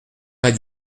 vingt